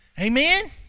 Amen